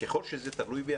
ככל שזה תלוי בי,